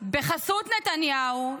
בחסות נתניהו,